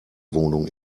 wohnung